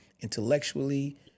intellectually